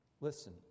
Listen